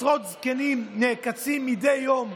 עשרות זקנים נעקצים מדי יום.